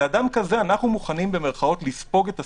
באדם כזה אנחנו מוכנים "לספוג את הסיכון"